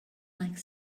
like